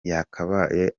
yakabaye